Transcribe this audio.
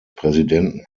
präsidenten